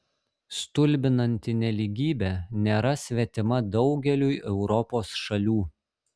stulbinanti nelygybė nėra svetima daugeliui europos šalių